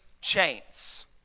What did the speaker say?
chains